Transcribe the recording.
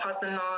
personal